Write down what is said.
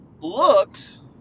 looks